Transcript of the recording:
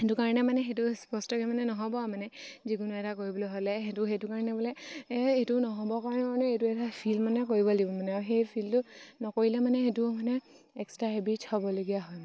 সেইটো কাৰণে মানে সেইটো স্পষ্টকৈ মানে নহ'ব আৰু মানে যিকোনো এটা কৰিবলৈ হ'লে সেইটো সেইটো কাৰণে বোলে এইটো নহ'বৰ কাৰণে এইটো এটা ফীল মানে কৰিব লাগিব মানে আৰু সেই ফীলটো নকৰিলে মানে সেইটো মানে এক্সট্ৰা হেবিটছ হ'বলগীয়া হয়